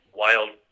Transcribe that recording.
wild